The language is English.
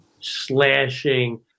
slashing